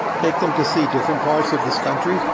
take them to see different parts of this country,